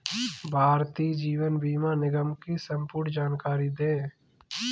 भारतीय जीवन बीमा निगम की संपूर्ण जानकारी दें?